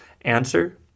Answer